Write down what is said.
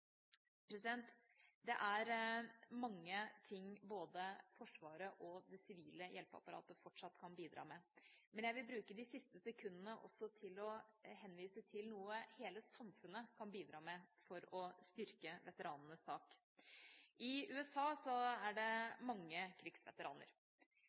Det er mange ting både Forsvaret og det sivile hjelpeapparatet fortsatt kan bidra med, men jeg vil bruke de siste sekundene av mitt innlegg til å henvise til noe hele samfunnet kan bidra med for å styrke veteranenes sak. I USA er